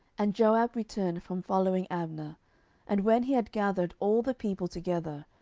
and joab returned from following abner and when he had gathered all the people together,